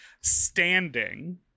standing